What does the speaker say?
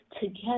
together